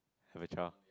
have a child